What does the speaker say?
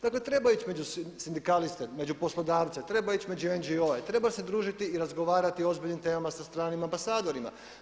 Dakle, treba ići među sindikaliste, među poslodavce, treba ići među NGO-e, treba se družiti i razgovarati o ozbiljnim temama sa stranim ambasadorima.